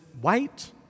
white